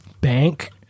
bank